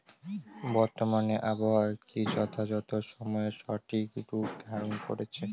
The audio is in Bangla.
বর্তমানে আবহাওয়া কি যথাযথ সময়ে সঠিক রূপ ধারণ করছে?